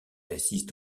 assiste